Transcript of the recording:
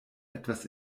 etwas